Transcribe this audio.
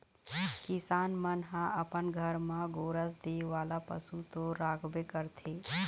किसान मन ह अपन घर म गोरस दे वाला पशु तो राखबे करथे